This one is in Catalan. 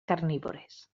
carnívores